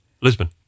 Lisbon